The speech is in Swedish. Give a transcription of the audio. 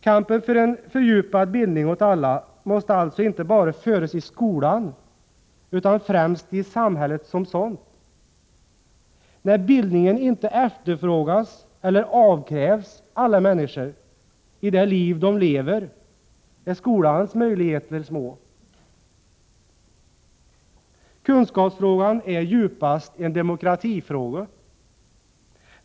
Kampen för en fördjupad bildning åt alla måste alltså inte bara föras i skolan, utan främst i samhället som sådant. När bildningen inte efterfrågas eller avkrävs alla människor i det liv vi lever är skolans möjligheter små. Kunskapsfrågan är djupast en demokratifråga.